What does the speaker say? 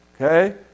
Okay